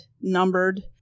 numbered